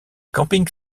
campings